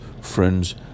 friends